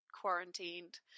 quarantined